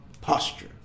posture